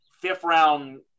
fifth-round